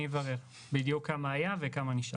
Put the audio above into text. אני אברר בדיוק כמה היה וכמה נשאר.